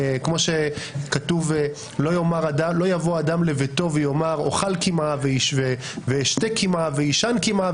כמו שכתוב: לא יבוא אדם לביתו ויאמר: אוכל קמעא ואשתנה קמעא ואשן קמעא,